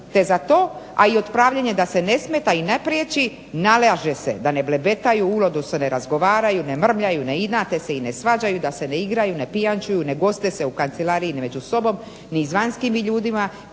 te za to, a i otpravljanje da se ne smeta i ne priječi nalaže se da ne blebetaju, uludo se ne razgovaraju, ne mrmljaju, ne inate se i ne svađaju, da se ne igraju, ne pijančuju, ne goste se u kancelariji među sobom ni z vanjskimi ljudima